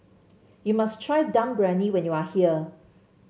you must try Dum Briyani when you are here